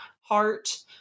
heart